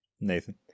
Nathan